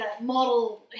model